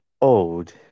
old